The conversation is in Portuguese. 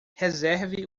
reserve